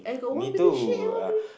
me too ah